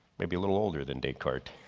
maybe a little older than descartes.